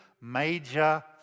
major